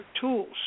tools